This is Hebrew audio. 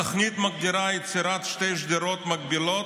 התוכנית מגדירה יצירת שתי שדרות מקבילות,